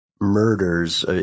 murders